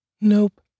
Nope